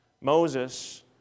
Moses